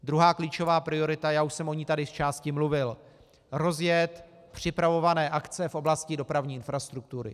Druhá klíčová priorita, já už jsem o ní tady zčásti mluvil rozjet připravované akce v oblasti dopravní infrastruktury.